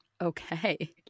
Okay